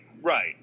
right